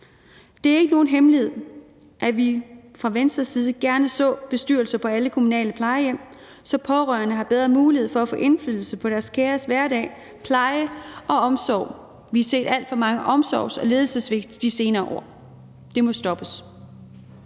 Det er ikke nogen hemmelighed, at vi fra Venstres side gerne så bestyrelser på alle kommunale plejehjem, så pårørende har bedre mulighed for at få indflydelse på deres kæres hverdag, pleje og omsorg. Vi har set alt for mange omsorgs- og ledelsessvigt de senere år. Det må stoppes.